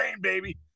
baby